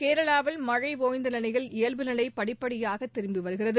கேரளாவில் மழை ஒய்ந்த நிலையில் இயல்பு நிலை படிப்படியாக திரும்பி வருகிறது